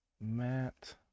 Matt